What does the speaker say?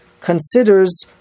considers